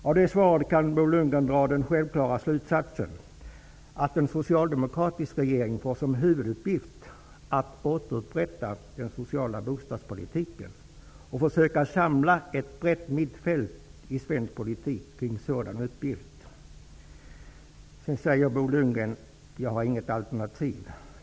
Av det svaret kan Bo Lundgren dra den självklara slutsatsen att en socialdemokratisk regering får som huvuduppgift att återupprätta den sociala bostadspolitiken och försöka samla ett brett mittfält i svensk politik kring en sådan uppgift. Sedan säger Bo Lundgren att jag inte har något alternativ.